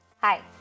Hi